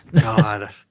God